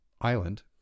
island